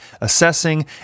assessing